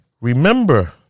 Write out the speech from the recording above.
remember